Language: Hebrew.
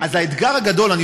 אז האתגר הגדול שלנו,